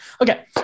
Okay